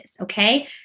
Okay